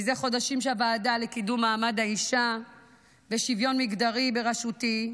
זה חודשים שבוועדה לקידום מעמד האישה ולשוויון מגדרי בראשותי,